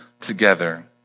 together